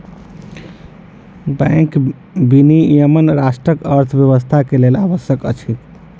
bank विनियमन राष्ट्रक अर्थव्यवस्था के लेल आवश्यक अछि